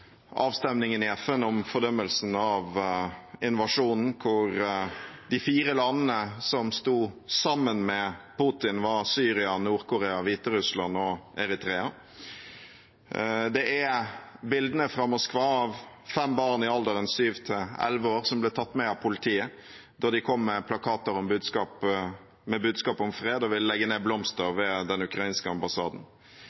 avstemningen i FN om fordømmelsen av invasjonen, hvor de fire landene som sto sammen med Putin, var Syria, Nord-Korea, Hviterussland og Eritrea. Det er bildene fra Moskva av fem barn i alderen 7–11 år som ble tatt med av politiet da de kom med plakater med budskap om fred og ville legge ned blomster